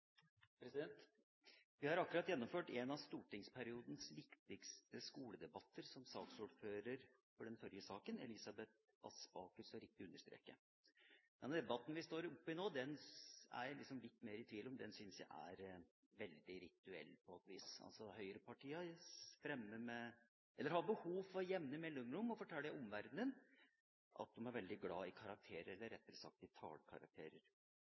riktig understreker. Den debatten som vi nå står oppe i, er jeg litt mer i tvil om og syns den er veldig rituell, på et vis. Høyrepartiene har behov for med jevne mellomrom å fortelle omverdenen at de er veldig glad i karakterer – eller, rettere sagt, tallkarakterer. Sjøl om den versjonen som kommer her i